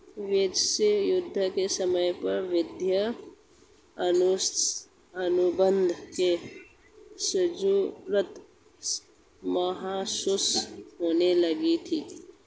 विश्व युद्ध के समय पर युद्ध अनुबंध की जरूरत महसूस होने लगी थी